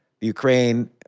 Ukraine